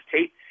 tape